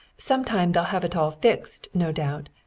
sometime they'll have it all fixed, no doubt,